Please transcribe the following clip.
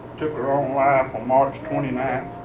took her own life on march twenty nine,